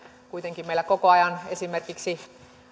kuitenkin meillä koko ajan esimerkiksi